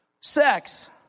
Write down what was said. sex